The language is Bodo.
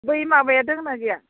बै माबाया दोंना गैया